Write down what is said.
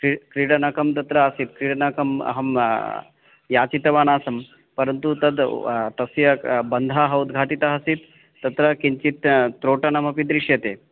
क्रि क्रीडनकं तत्र यत् क्रीडनकम् अहं याचितवानासं परन्तु तद् तस्य बन्धः उद्घाटितः असीत् तत्र किञ्चित् त्रोटनमपि दृश्यते